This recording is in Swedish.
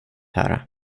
höra